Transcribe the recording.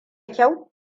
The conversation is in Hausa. kyau